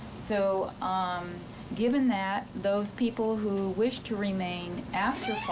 so um given that, those people who wish to remain and